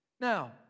Now